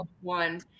one